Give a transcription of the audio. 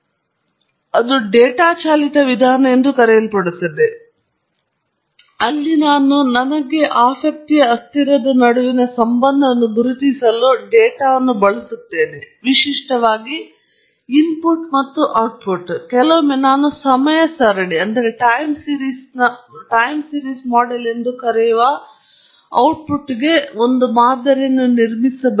ಮತ್ತು ಅದು ಡೇಟಾ ಚಾಲಿತ ವಿಧಾನ ಎಂದು ಕರೆಯಲ್ಪಡುತ್ತದೆ ಅಲ್ಲಿ ನಾನು ಆಸಕ್ತಿಯ ಅಸ್ಥಿರ ನಡುವಿನ ಸಂಬಂಧವನ್ನು ಗುರುತಿಸಲು ಡೇಟಾವನ್ನು ಬಳಸುತ್ತೇನೆ ವಿಶಿಷ್ಟವಾಗಿ ಇನ್ಪುಟ್ ಮತ್ತು ಔಟ್ಪುಟ್ ಮತ್ತು ಹೀಗೆ ಅಥವಾ ಕೆಲವೊಮ್ಮೆ ನಾವು ಸಮಯ ಸರಣಿಯ ಮಾದರಿ ಎಂದು ಕರೆಯುವ ಔಟ್ಪುಟ್ಗೆ ಒಂದು ಮಾದರಿಯನ್ನು ನಿರ್ಮಿಸಲು